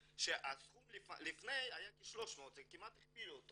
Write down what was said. הסכום לפני היה כ-300 וזה כמעט הוכפל.